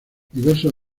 diversos